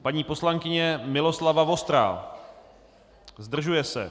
Paní poslankyně Miloslava Vostrá: Zdržuje se.